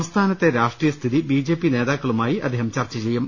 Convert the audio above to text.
സംസ്ഥാനത്തെ രാഷ്ട്രീയ സ്ഥിതി ബി ജെ പി നേതാക്കളുമായി അദ്ദേഹം ചർച്ച ചെയ്യും